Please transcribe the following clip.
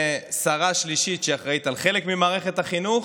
ושרה שלישית שאחראית על חלק ממערכת החינוך